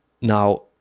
now